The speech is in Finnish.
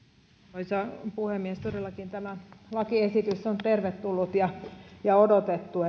arvoisa puhemies todellakin tämä lakiesitys on tervetullut ja ja odotettu